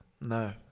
no